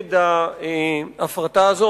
נגד ההפרטה הזו.